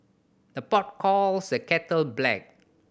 the pot calls the kettle black